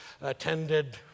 attended